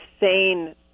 insane